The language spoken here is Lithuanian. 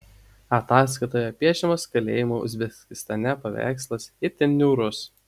ataskaitoje piešiamas kalėjimų uzbekistane paveikslas itin niūrus